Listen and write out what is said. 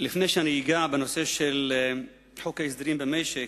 לפני שאני אגע בנושא חוק ההסדרים במשק,